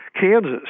Kansas